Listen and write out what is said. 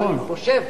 אבל אני חושב